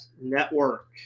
Network